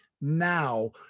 now